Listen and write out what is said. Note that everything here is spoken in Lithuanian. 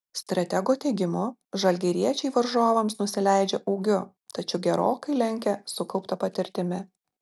stratego teigimu žalgiriečiai varžovams nusileidžia ūgiu tačiau gerokai lenkia sukaupta patirtimi